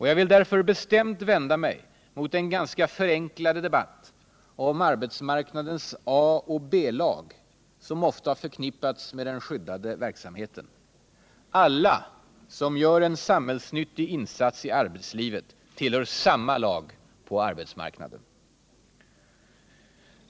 Jag vill därför bestämt vända mig emot den ganska förenklade debatt om arbetsmarknadens A och B-lag, som ofta förknippats med den skyddade verksamheten. Alla som gör en samhällsnyttig insats i arbetslivet tillhör samma lag på arbetsmarknaden.